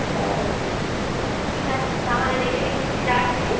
হ্যাঁ হ্যাঁ ঠিক আছে তাহলে রেখে দিচ্ছি রাখছি